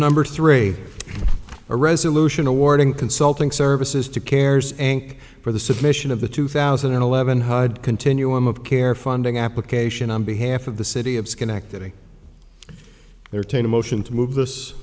number three a resolution awarding consulting services to care's ank for the submission of the two thousand and eleven hyde continuum of care funding application on behalf of the city of schenectady there to motion to move this